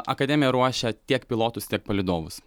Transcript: akademija ruošia tiek pilotus tiek palydovus